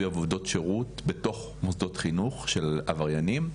עבודות שירות בתוך מוסדות חינוך של עבריינים,